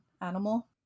animal